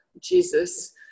Jesus